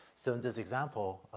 so in this example, ah,